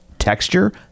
Texture